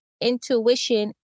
intuition